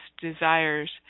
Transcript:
desires